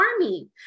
army